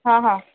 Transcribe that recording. हां हां